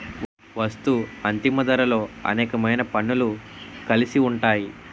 వస్తూ అంతిమ ధరలో అనేకమైన పన్నులు కలిసి ఉంటాయి